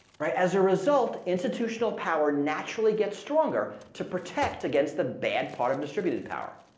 as a result, institutional power naturally get stronger, to protect against the bad part of distributed power.